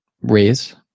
raise